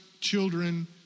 children